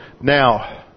Now